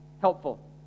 helpful